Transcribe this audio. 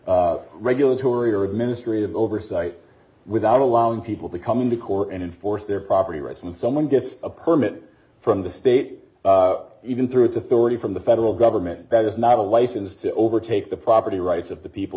through regulatory or a ministry of oversight without allowing people to come into court and enforce their property rights when someone gets a permit from the state even through it's authority from the federal government that is not a license to overtake the property rights of the people